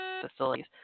facilities